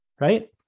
right